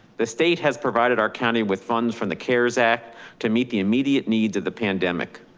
the state has provided our county with funds, from the cares act to meet the immediate needs of the pandemic.